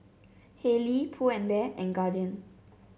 Haylee Pull and Bear and Guardian